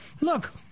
look